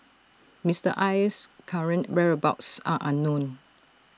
Mister Aye's current whereabouts are unknown